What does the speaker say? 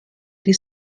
die